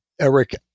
Eric